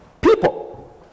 people